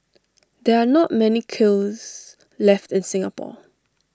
there are not many kilns left in Singapore